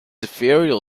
ethereal